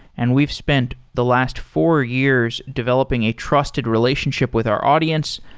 and we've spent the last four years developing a trusted relationship with our audience.